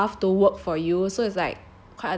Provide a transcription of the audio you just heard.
like staff to work for you so it's like